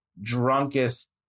drunkest